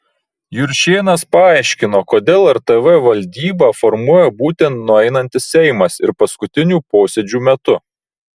juršėnas paaiškino kodėl rtv valdybą formuoja būtent nueinantis seimas ir paskutinių posėdžių metu